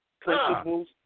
Principles